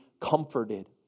comforted